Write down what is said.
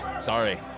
Sorry